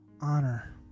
honor